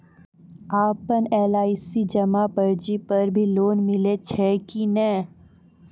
आपन एल.आई.सी जमा पर्ची पर भी लोन मिलै छै कि नै?